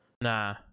Nah